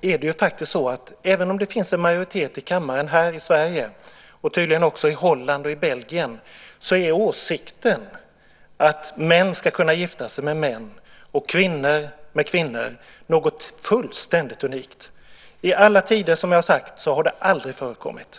vill jag säga följande. Även om det finns en majoritet här i kammaren i Sverige - och tydligen också i Holland och Belgien - är åsikten att män ska kunna gifta sig med män och kvinnor med kvinnor något fullständigt unikt. Det har aldrig förekommit under några tider.